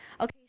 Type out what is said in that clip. Okay